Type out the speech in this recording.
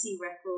record